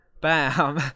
Bam